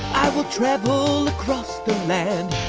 will travel across the land,